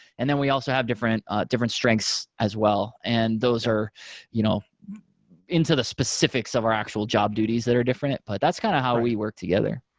and then we also have different different strengths as well. and those are you know into the specifics of our actual job duties that are different. but that's kind of how we work together.